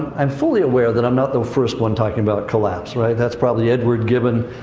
i'm fully aware that i'm not the first one talking about collapse, right, that's probably edward gibbon,